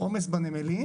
עומס בנמלים,